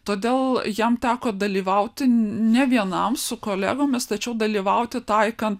todėl jam teko dalyvauti ne vienam su kolegomis tačiau dalyvauti taikant